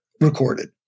recorded